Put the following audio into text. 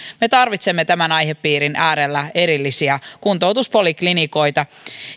me tarvitsemme tämän aihepiirin äärellä erillisiä kuntoutuspoliklinikoita